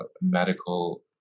medical